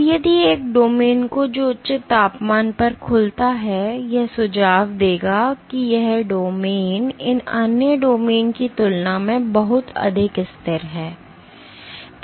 अब यदि एक डोमेन जो उच्च तापमान पर खुलता है तो यह सुझाव देगा कि यह डोमेन इन अन्य डोमेन की तुलना में बहुत अधिक स्थिर है